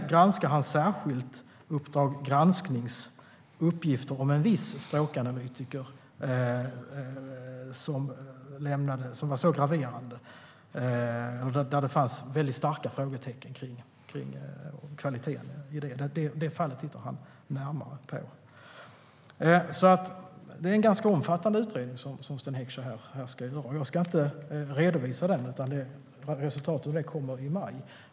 Utredaren ska särskilt se över Uppdrag gransknings uppgifter om en viss språkanalytikers arbete som var så graverande att det fanns väldigt stora frågetecken kring kvaliteten. Det är en ganska omfattande utredning som Sten Heckscher ska göra. Jag ska inte redovisa den eftersom resultatet kommer i maj.